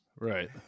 Right